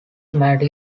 matter